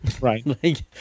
right